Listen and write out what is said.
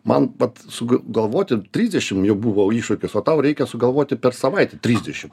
man vat suga galvoti trisdešimt jau buvo iššūkis o tau reikia sugalvoti per savaitę trisdešimt